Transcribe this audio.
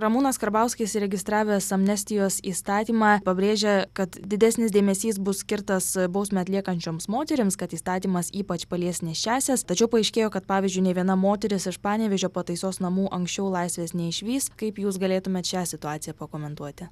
ramūnas karbauskis įregistravęs amnestijos įstatymą pabrėžia kad didesnis dėmesys bus skirtas bausmę atliekančioms moterims kad įstatymas ypač palies nėščiąsias tačiau paaiškėjo kad pavyzdžiui nei viena moteris iš panevėžio pataisos namų anksčiau laisvės neišvys kaip jūs galėtumėt šią situaciją pakomentuoti